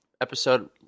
episode